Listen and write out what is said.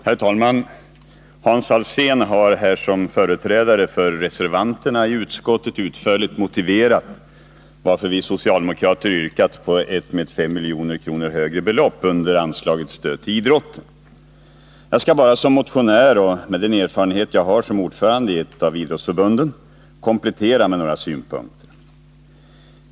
Herr talman! Hans Alsén har här som företrädare för reservanterna i utskottet utförligt motiverat varför vi socialdemokrater yrkat på ett med 5 milj.kr. höjt belopp när det gäller anslaget till idrotten. Jag skall som motionär och med den erfarenhet jag har som ordförande i ett av idrottsförbunden komplettera med några synpunkter.